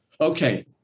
Okay